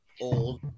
old